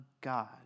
God